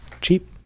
Cheap